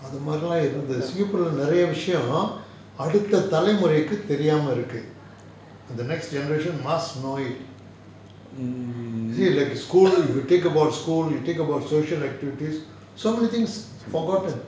mm